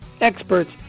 experts